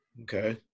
Okay